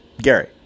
Gary